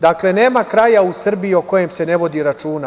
Dakle, nema kraja u Srbiji o kojem se ne vodi računa.